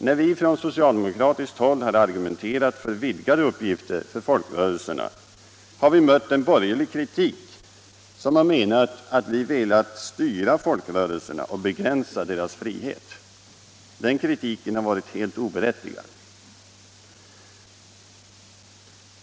När vi från socialdemokratiskt håll har argumenterat för vidgade uppgifter för folkrörelserna har vi mött en borgerlig kritik som har menat att vi velat styra folkrörelserna och begränsa deras frihet. Den kritiken har varit helt oberättigad.